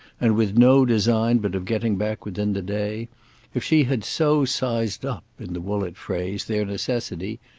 and with no design but of getting back within the day if she had so sized-up, in the woollett phrase, their necessity,